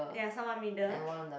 ya some one middle